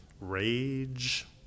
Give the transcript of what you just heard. rage